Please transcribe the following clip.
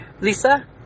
Lisa